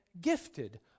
gifted